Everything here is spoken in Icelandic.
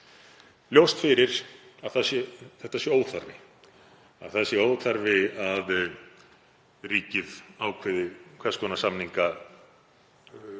óþarfi, að það sé óþarfi að ríkið ákveði hvers konar samninga